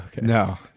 no